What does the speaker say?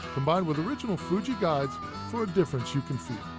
combined with original fuji guides for a difference you can feel.